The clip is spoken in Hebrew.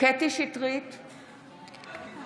קטי קטרין שטרית,